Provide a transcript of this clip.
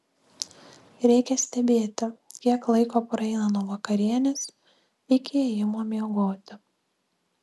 reikia stebėti kiek laiko praeina nuo vakarienės iki ėjimo miegoti